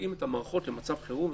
שיתאים את המערכות למצב חירום,